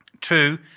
two